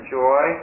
joy